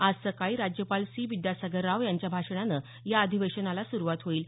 आज सकाळी राज्यपाल सी विद्यासागर राव यांच्या भाषणानं या अधिवेशनाला सुरुवात होईल